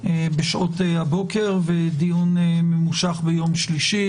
בשעות הבוקר ודיון ממושך שנקיים ביום שלישי,